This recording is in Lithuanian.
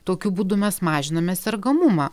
tokiu būdu mes mažiname sergamumą